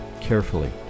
carefully